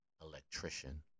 electrician